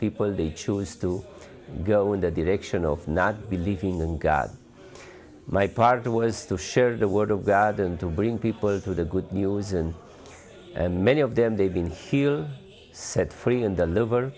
people they choose to go in the direction of not believing in god my part was to share the word of god and to bring people to the good news and many of them they've been healed set free in the liver